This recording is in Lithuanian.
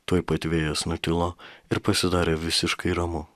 tuoj pat vėjas nutilo ir pasidarė visiškai ramu